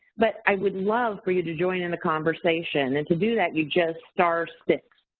but i would love for you to join in the conversation, and to do that, you just star six.